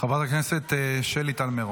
חברת הכנסת שלי טל מירון,